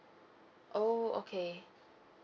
oh okay